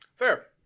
Fair